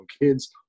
kids